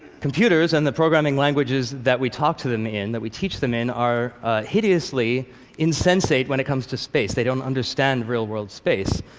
computers and the programming languages that we talk to them in, that we teach them in, are hideously insensate when it comes to space. they don't understand real world space.